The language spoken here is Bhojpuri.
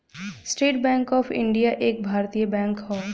स्टेट बैंक ऑफ इण्डिया एक भारतीय बैंक हौ